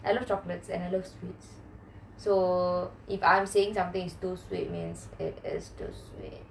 I love chocolates and I love sweets so if I'm saying something is too sweet it is too sweet